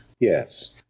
Yes